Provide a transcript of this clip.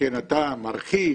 אתה מרחיב,